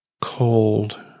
cold